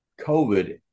COVID